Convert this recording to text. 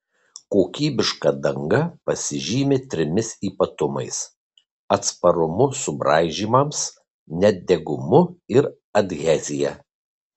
kokybiška danga pasižymi trimis ypatumais atsparumu subraižymams nedegumu ir adhezija